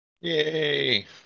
Yay